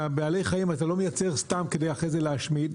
בעלי חיים אתה לא מייצר סתם בשביל אחרי זה להשמיד,